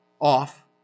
off